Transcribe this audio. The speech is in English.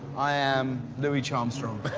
i am louie charmstrong.